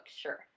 sure